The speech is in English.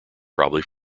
probably